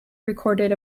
recorded